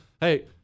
hey